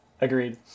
Agreed